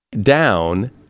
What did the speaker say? down